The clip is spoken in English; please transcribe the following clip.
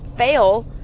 fail